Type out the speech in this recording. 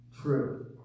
true